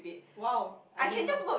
!wah! I didn't know